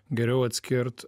geriau atskirt